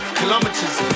kilometers